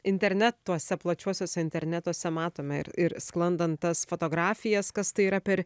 internetuose plačiuosiuose internetuose matome ir ir sklandant tas fotografijas kas tai yra per